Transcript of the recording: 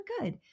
good